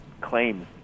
claims